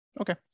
Okay